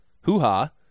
hoo-ha